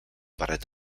barret